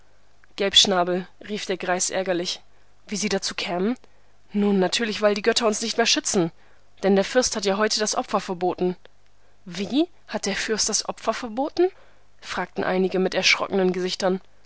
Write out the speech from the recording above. gelbschnabel rief der greis ärgerlich wie sie dazu kämen nun natürlich weil die götter uns nicht mehr schützen denn der fürst hat ja heute das opfer verboten wie hat der fürst das opfer verboten fragten einige mit erschrockenen gesichtern